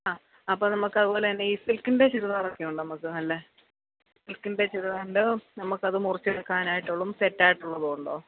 ആ അപ്പോള് നമുക്ക് അതുപോലെതന്നെ ഈ സിൽക്കിൻ്റെ ചുരിദാറൊക്കെയുണ്ടോ നമുക്ക് നല്ലെ സിൽക്കിൻ്റെ ചുരിദാറുണ്ടോ നമുക്കത് മുറിച്ചെടുക്കാനായിട്ടുള്ളും സെറ്റായിട്ടുള്ളതുമുണ്ടോ